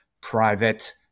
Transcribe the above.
private